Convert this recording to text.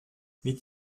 mit